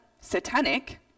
satanic